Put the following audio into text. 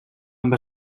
amb